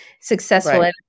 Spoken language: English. successful